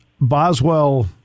Boswell